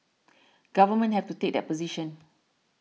governments have to take that position